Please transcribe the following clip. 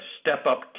step-up